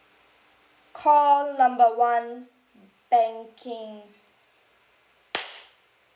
call number one banking